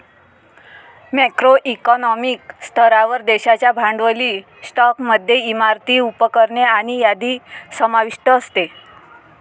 macro economic स्तरावर, देशाच्या भांडवली स्टॉकमध्ये इमारती, उपकरणे आणि यादी समाविष्ट असते